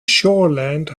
shoreland